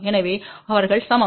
எனவே அவர்கள் சமம்